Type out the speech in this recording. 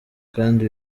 kandi